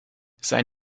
sei